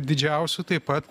didžiausių taip pat